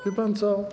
Wie pan co?